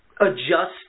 adjust